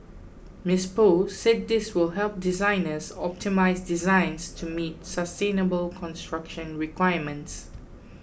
Miss Paul said this will help designers optimise designs to meet sustainable construction requirements